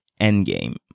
Endgame